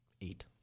eight